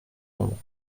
bonbons